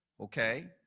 Okay